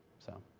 so.